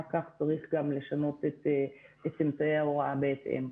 כך צריך גם לשנות את אמצעי ההוראה בהתאם.